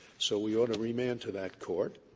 so we ought to remand to that court,